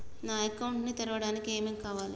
నా అకౌంట్ ని తెరవడానికి ఏం ఏం కావాలే?